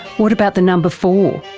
what about the number four?